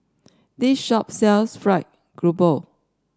this shop sells fried grouper